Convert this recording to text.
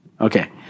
Okay